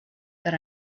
that